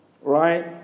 Right